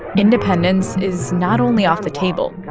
independence is not only off the table,